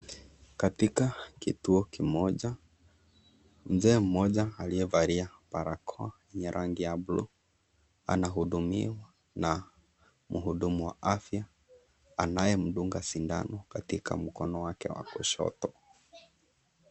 Katika kituo kimoja, mzee mmoja aliyevalia barakoa ya rangi ya bluu anahudumiwa na mhudumu wa afya anayemdunga sindano katika mkono wake wa kushoto.